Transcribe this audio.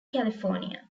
california